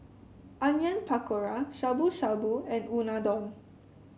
Onion Pakora Shabu Shabu and Unadon